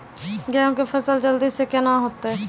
गेहूँ के फसल जल्दी से के ना होते?